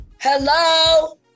Hello